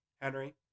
Henry